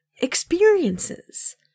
experiences